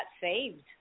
saved